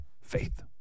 Faith